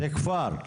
זה כפר.